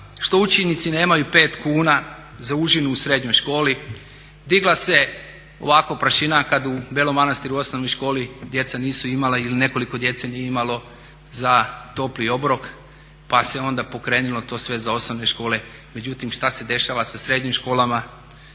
što učenici nemaju 5 kuna za užinu u srednjoj školi. Digla se ovako prašina kad u Belom Manastiru u osnovnoj školi djeca nisu imala ili nekoliko djece nije imalo za topli obrok pa se onda pokrenulo to sve za osnovne škole. Međutim, šta se dešava sa srednjim školama,